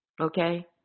okay